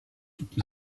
toute